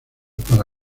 para